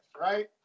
right